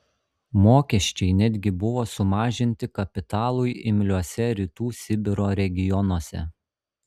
mokesčiai netgi buvo sumažinti kapitalui imliuose rytų sibiro regionuose